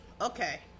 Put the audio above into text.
okay